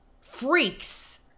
freaks